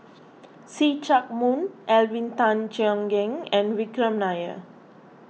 See Chak Mun Alvin Tan Cheong Kheng and Vikram Nair